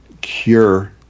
cure